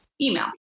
email